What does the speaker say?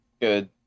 good